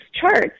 charts